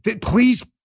please